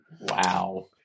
Wow